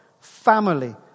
family